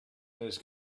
his